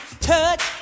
touch